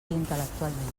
intel·lectualment